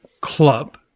club